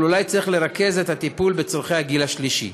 אבל אולי צריך לרכז את הטיפול בצורכי הגיל השלישי.